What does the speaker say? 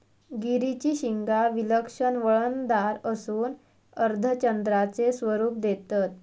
गिरीची शिंगा विलक्षण वळणदार असून अर्धचंद्राचे स्वरूप देतत